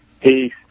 Peace